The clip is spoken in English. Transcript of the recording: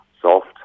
soft